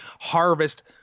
harvest